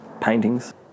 paintings